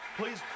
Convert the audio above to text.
Please